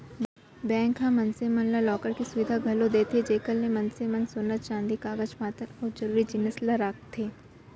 bank ह मनसे मन ला लॉकर के सुबिधा घलौ देथे जेकर ले मनसे मन सोन चांदी कागज पातर अउ जरूरी जिनिस ल राखथें